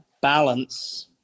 balance